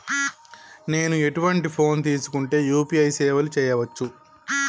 నేను ఎటువంటి ఫోన్ తీసుకుంటే యూ.పీ.ఐ సేవలు చేయవచ్చు?